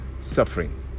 suffering